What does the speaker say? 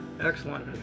Excellent